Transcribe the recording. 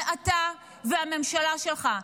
זה אתה והממשלה שלך,